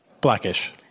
Blackish